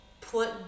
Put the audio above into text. put